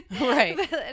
Right